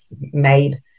made